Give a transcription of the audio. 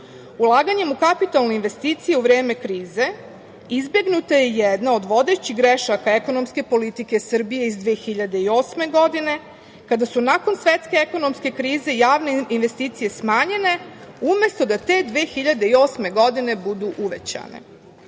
„Ulaganjem u kapitalne investicije u vreme krize izbegnuta je jedna od vodećih grešaka ekonomske politike Srbije iz 2008. godine, kada su nakon Svetske ekonomske krize javne investicije smanjene, umesto da te 2008. godine budu uvećane“.U